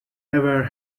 ever